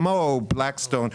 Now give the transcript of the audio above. כמו בלקסטון,